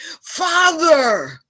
Father